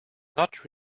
not